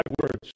words